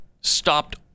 stopped